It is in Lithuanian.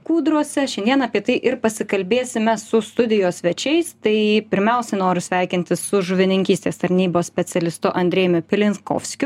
kūdrose šiandien apie tai ir pasikalbėsime su studijos svečiais tai pirmiausia noriu sveikintis su žuvininkystės tarnybos specialistu andrejumi pilinkovskiu